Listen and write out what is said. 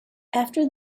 after